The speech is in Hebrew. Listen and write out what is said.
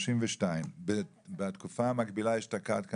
32. כמה נהרגו בתקופה המקבילה אשתקד?